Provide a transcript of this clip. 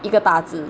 一个大只